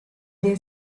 the